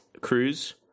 Cruise